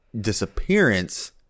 disappearance